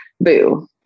boo